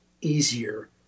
easier